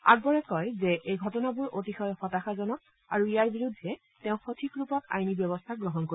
আকবৰে কয় যে এই ঘটনাবোৰ অতিশয় হতাশাজনক আৰু ইয়াৰ বিৰুদ্ধে তেওঁ সঠিক ৰূপত আইনী ব্যৱস্থা গ্ৰহণ কৰিব